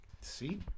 See